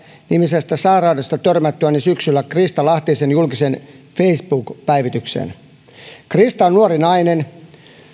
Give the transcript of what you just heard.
nimisestä sairaudesta törmättyäni syksyllä krista lahtisen julkiseen facebook päivitykseen krista on nuori nainen